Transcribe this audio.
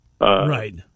Right